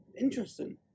interesting